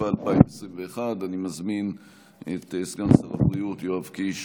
התשפ"א 2021. אני מזמין את סגן שר הבריאות יואב קיש